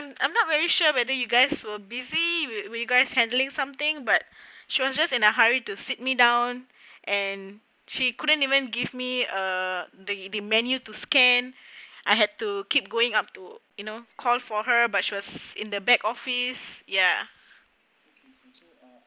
I'm not very sure whether you guys were busy were you guys handling something but she was just in a hurry to sit me down and she couldn't even give me err the menu to scan I had to keep going up to you know call for her but she was in the back office ya